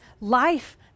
life